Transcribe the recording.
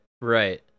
Right